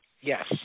Yes